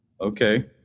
okay